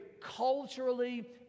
culturally